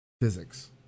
physics